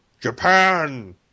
Japan